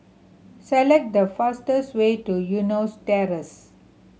select the fastest way to Eunos Terrace